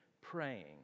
praying